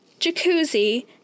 jacuzzi